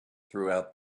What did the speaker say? throughout